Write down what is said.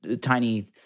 tiny